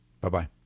Bye-bye